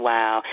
Wow